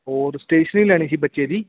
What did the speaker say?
ਹੋਰ ਸਟੇਸ਼ਨਰੀ ਲੈਣੀ ਸੀ ਬੱਚੇ ਦੀ